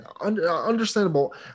understandable